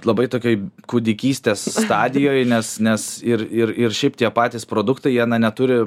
labai tokioj kūdikystės stadijoj nes nes ir ir ir šiaip tie patys produktai jie na neturi